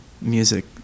music